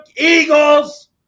Eagles